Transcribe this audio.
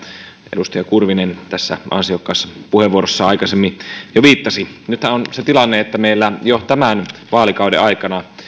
edustaja kurvinen tässä ansiokkaassa puheenvuorossaan aikaisemmin jo viittasi nythän on se tilanne että meillä tämän vaalikauden aikana